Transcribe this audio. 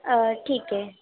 ٹھیک ہے